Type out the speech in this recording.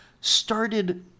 started